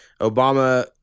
Obama